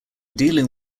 dealing